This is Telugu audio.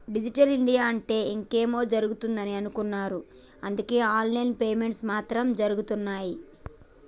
ఈ డిజిటల్ ఇండియా అంటే ఇంకేమో జరుగుతదని అనుకున్నరు అందరు ఆన్ లైన్ పేమెంట్స్ మాత్రం జరగుతున్నయ్యి